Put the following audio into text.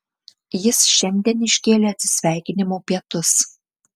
jis šiandien iškėlė atsisveikinimo pietus